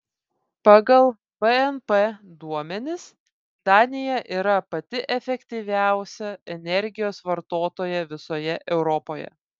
pagal bnp duomenis danija yra pati efektyviausia energijos vartotoja visoje europoje